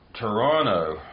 Toronto